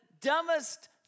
dumbest